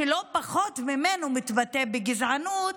שלא פחות ממנו מתבטא בגזענות,